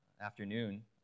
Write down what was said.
afternoon